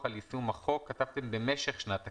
כתבתם "במשך שנת הכספים"